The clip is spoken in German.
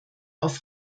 auf